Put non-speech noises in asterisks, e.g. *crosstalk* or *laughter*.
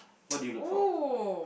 *noise* !woo!